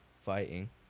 fighting